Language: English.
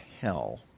hell